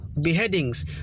beheadings